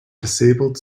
disabled